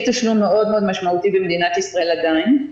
תשלום מאוד משמעותי במדינת ישראל עדיין.